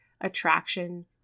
attraction